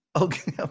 Okay